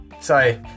Sorry